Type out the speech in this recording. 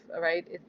right